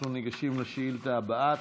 אנחנו ניגשים לשאילתה הבאה,